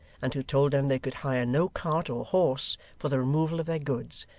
and who told them they could hire no cart or horse for the removal of their goods,